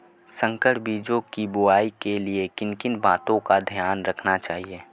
संकर बीजों की बुआई के लिए किन किन बातों का ध्यान रखना चाहिए?